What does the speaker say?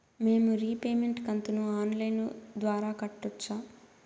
మేము రీపేమెంట్ కంతును online ద్వారా కట్టొచ్చా